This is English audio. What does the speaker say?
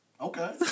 Okay